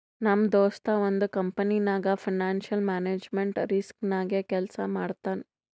ನಮ್ ದೋಸ್ತ ಒಂದ್ ಕಂಪನಿನಾಗ್ ಫೈನಾನ್ಸಿಯಲ್ ಮ್ಯಾನೇಜ್ಮೆಂಟ್ ರಿಸ್ಕ್ ನಾಗೆ ಕೆಲ್ಸಾ ಮಾಡ್ತಾನ್